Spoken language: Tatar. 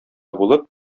булып